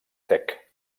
tec